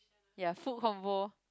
ya food combo